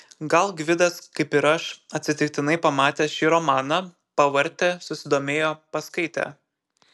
gal gvidas kaip ir aš atsitiktinai pamatęs šį romaną pavartė susidomėjo paskaitė